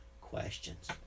questions